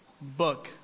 book